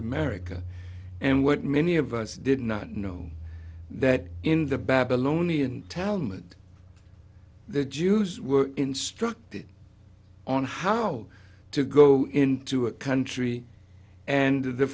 america and what many of us did not know that in the babylonian talmud the jews were instructed on how to go into a country and the